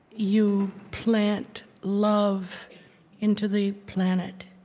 you plant love into the planet.